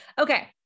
Okay